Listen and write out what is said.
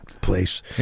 place